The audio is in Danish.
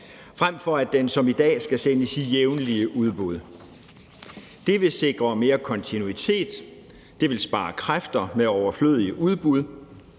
frem for at den som i dag skal sendes i jævnlige udbud. Det vil sikre mere kontinuitet, det vil spare kræfter i forhold til overflødige udbud,